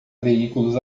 veículos